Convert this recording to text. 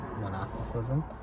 monasticism